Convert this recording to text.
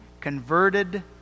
converted